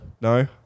No